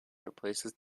replaces